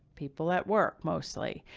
people at work mostly.